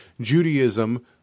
Judaism